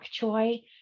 choy